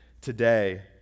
today